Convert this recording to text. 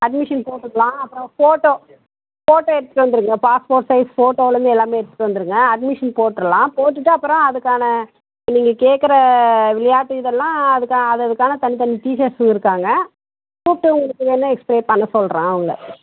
admission போட்டுக்கலாம் அப்பறம் photo photo எடுத்துகிட்டு வந்துருங்க பாஸ்போர்ட் சைஸ் ஃபோட்டோலேருந்து எல்லாமே எடுத்துகிட்டு வந்துருங்க அட்மிஷன் போட்டுலாம் போட்டுகிட்டு அப்புறம் அதுக்கான நீங்கள் கேட்கற விளையாட்டு இதெல்லாம் அதுக்கா அது அதுக்கான தனி தனி டீச்சர்ஸுங்க இருக்காங்க கூப்பிட்டு உங்களுக்கு வேணால் எக்ஸ்ப்ளைன் பண்ண சொல்கிறேன் அவர்கள